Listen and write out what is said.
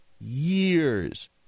years